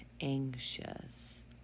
anxious